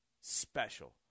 special